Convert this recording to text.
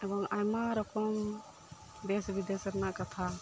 ᱮᱵᱚᱝ ᱟᱭᱢᱟ ᱨᱚᱠᱚᱢ ᱫᱮᱥ ᱵᱤᱫᱮᱥ ᱨᱮᱱᱟᱜ ᱠᱟᱛᱷᱟ